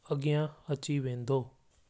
अॻियां अची वेंदो